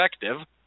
effective